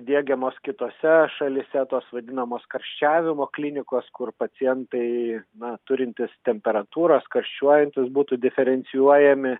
diegiamos kitose šalyse tos vadinamos karščiavimo klinikos kur pacientai na turintys temperatūros karščiuojantys būtų diferencijuojami